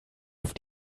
auf